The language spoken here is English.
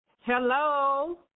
Hello